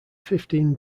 fifteen